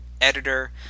editor